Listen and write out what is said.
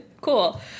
Cool